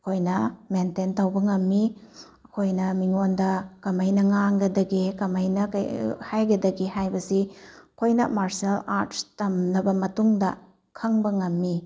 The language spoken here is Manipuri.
ꯑꯩꯈꯣꯏꯅ ꯃꯦꯟꯇꯦꯟ ꯇꯧꯕ ꯉꯝꯃꯤ ꯑꯩꯈꯣꯏꯅ ꯃꯤꯉꯣꯟꯗ ꯀꯃꯥꯏꯅ ꯉꯥꯡꯒꯗꯒꯦ ꯀꯃꯥꯏꯅ ꯀꯩ ꯍꯥꯏꯒꯗꯒꯦ ꯍꯥꯏꯕꯁꯤ ꯑꯩꯈꯣꯏꯅ ꯃꯥꯔꯁꯦꯜ ꯑꯥꯔꯠꯁ ꯇꯝꯂꯕ ꯃꯇꯨꯡꯗ ꯈꯪꯕ ꯉꯝꯃꯤ